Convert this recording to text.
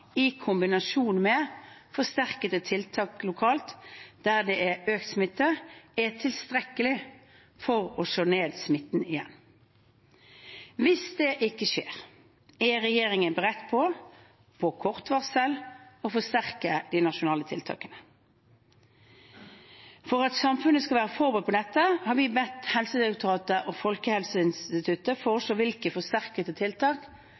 i kombinasjon med forsterkede tiltak lokalt der det er økt smitte, er tilstrekkelig for å slå smitten ned igjen. Hvis det ikke skjer, er regjeringen beredt til på kort varsel å forsterke de nasjonale tiltakene. For at samfunnet skal være forberedt på dette, har vi bedt Helsedirektoratet og Folkehelseinstituttet foreslå hvilke forsterkede tiltak